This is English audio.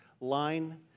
line